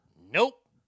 Nope